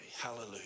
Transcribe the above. Hallelujah